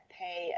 pay